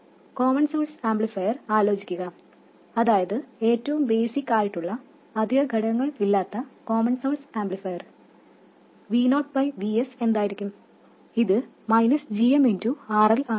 ഒരു common source ആംപ്ലിഫയറിനായി ആലോചിക്കുക അതായത് ഏറ്റവും ബേസിക് ആയിട്ടുള്ള അധിക ഘടകങ്ങൾ ഒന്നുമില്ലാത്ത common source amplifier V0 by Vs എന്തായിരിക്കും അത് gm RL ആണ്